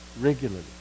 regularly